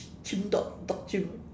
chimp dog dog chimp